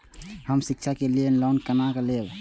हम शिक्षा के लिए लोन केना लैब?